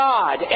God